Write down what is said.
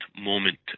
moment